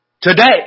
today